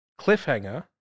Cliffhanger